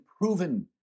proven